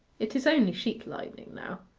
it is only sheet-lightning now.